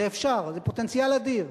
אפשר, זה פוטנציאל אדיר.